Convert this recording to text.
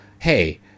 hey